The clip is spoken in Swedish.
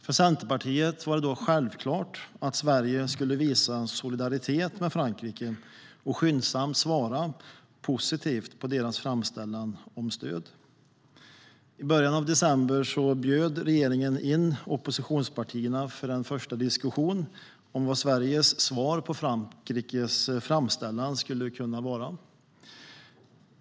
För Centerpartiet var det självklart att Sverige skulle visa solidaritet med Frankrike och skyndsamt svara positivt på deras framställan om stöd. I början av december bjöd regeringen in oppositionspartierna för en första diskussion om vad Sveriges svar på Frankrikes framställan skulle kunna bli.